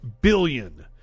billion